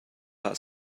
hlah